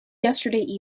yesterday